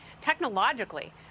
technologically